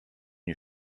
you